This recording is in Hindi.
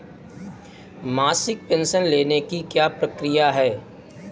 मासिक पेंशन लेने की क्या प्रक्रिया है?